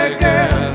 girl